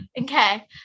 okay